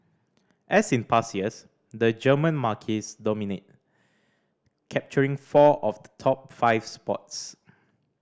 as in past years the German marques dominate capturing four of the top five spots